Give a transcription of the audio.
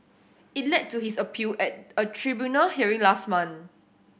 it led to his appeal at a tribunal hearing last month